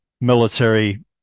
military